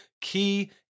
key